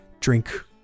drink